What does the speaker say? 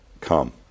come